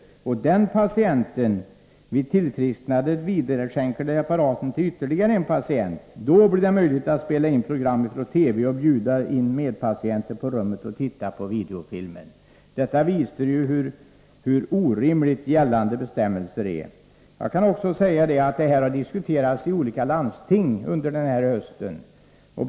Sedan kan den patienten vid tillfrisknandet vidareskänka apparaten till ytterligare en patient. Då blir det möjligt att spela in program på TV och bjuda in medpatienter på rummet att titta på videofilmen. — Detta visar hur orimliga gällande bestämmelser är! Den här frågan har också diskuterats i olika landsting under hösten. Bl.